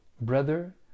Brother